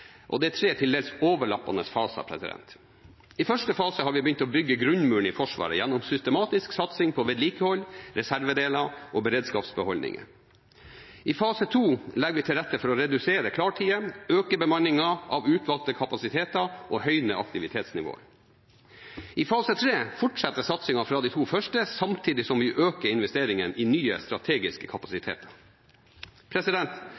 og det er tre til dels overlappende faser. I første fase har vi begynt å bygge grunnmuren i Forsvaret gjennom systematisk satsing på vedlikehold, reservedeler og beredskapsbeholdninger. I fase to legger vi til rette for å redusere klartider, øke bemanningen av utvalgte kapasiteter og høyne aktivitetsnivået. I fase tre fortsetter satsingen fra de to første, samtidig som vi øker investeringene i nye strategiske